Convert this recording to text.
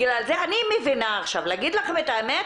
אני מבינה עכשיו, להגיד לכם את האמת,